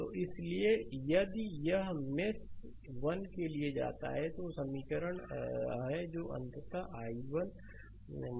तो इसलिए यदि यह मेष 1 के लिए जाता है तो यह समीकरण है जो अंततः i1 i2 5 पर आ रहा है